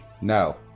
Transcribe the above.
No